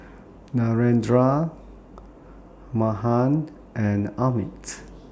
Narendra Mahan and Amit